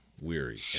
weary